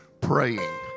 praying